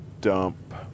dump